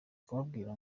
kubabwira